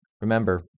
Remember